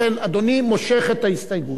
לכן אדוני מושך את ההסתייגות?